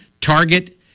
target